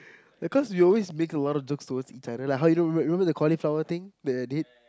like cause you always make a lot of jokes towards each other like how you know you remember the cauliflower thing that I did